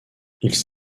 ils